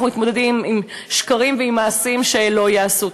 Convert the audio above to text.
מתמודדים עם שקרים ועם מעשים שלא ייעשו.